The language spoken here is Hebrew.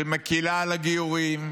שמקילה את הגיורים,